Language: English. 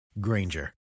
Granger